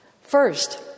First